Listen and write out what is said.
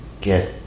get